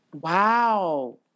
Wow